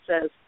says